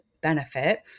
benefit